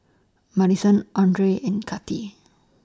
Maddison Andrae and Kati